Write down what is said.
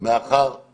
אני רוצה לומר משהו.